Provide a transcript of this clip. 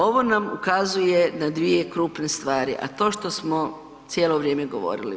Ovo nam ukazuje na dvije krupne stvari, a to što smo cijelo vrijeme govorili.